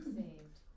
saved